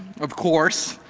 of course.